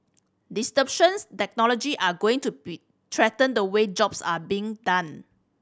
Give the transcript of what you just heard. disruptions technology are going to be threaten the way jobs are being done